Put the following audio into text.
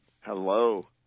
Hello